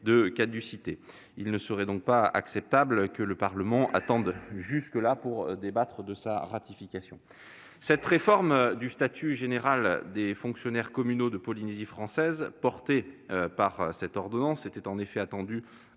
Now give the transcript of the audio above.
de caducité. Il ne serait pas acceptable que le Parlement attende jusque-là pour débattre de sa ratification. La réforme du statut général des fonctionnaires communaux de Polynésie française, portée par l'ordonnance, était en effet attendue